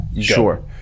Sure